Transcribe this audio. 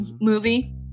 movie